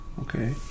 Okay